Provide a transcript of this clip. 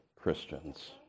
Christians